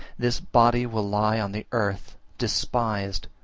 this body will lie on the earth, despised,